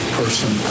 person